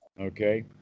Okay